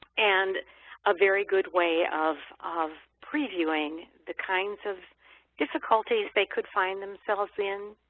and a very good way of of previewing the kinds of difficulties they could find themselves in